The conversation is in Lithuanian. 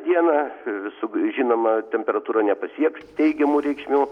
dieną visu žinoma temperatūra nepasieks teigiamų reikšmių